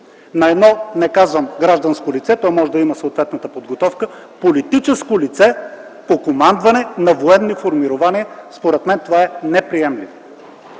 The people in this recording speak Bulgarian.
на едно – не казвам „гражданско лице”, защото то може да има съответната подготовка - политическо лице по командване на военни формирования. Според мен това е неприемливо,